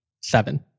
seven